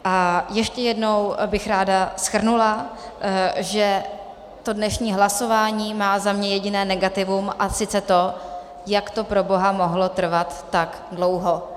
A ještě jednou bych ráda shrnula, že to dnešní hlasování má za mě jediné negativum, a sice to jak to proboha mohlo trvat tak dlouho?